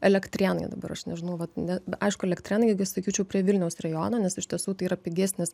elektrėnai dabar aš nežinau vat ne aišku elektrėnai gi sakyčiau prie vilniaus rajono nes iš tiesų tai yra pigesnis